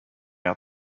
out